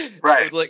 Right